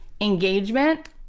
engagement